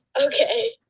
Okay